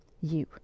You